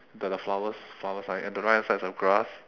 the the flowers flower sign and the right hand side is a grass